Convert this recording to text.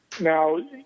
Now